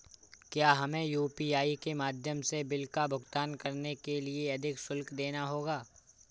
क्या हमें यू.पी.आई के माध्यम से बिल का भुगतान करने के लिए अधिक शुल्क देना होगा?